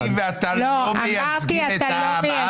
אני ואתה לא מייצגים את העם.